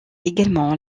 également